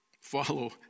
follow